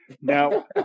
Now